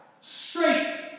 Straight